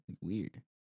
Weird